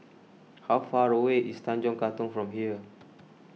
how far away is Tanjong Katong from here